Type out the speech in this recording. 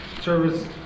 service